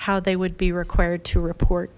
how they would be required to report